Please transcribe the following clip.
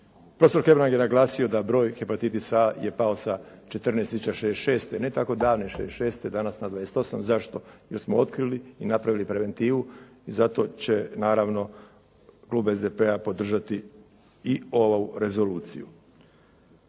Profesor Hebrang je naglasio da broj hepatitisa A je pao sa 14 tisuća '66., ne tako davne '66., danas na 28. Zašto? Jer smo otkrili i napravili preventivu i zato će naravno klub SDP-a podržati i ovu rezoluciju.